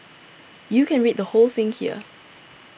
you can read the whole thing here